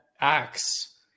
acts